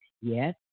yes